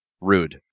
Rude